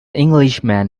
englishman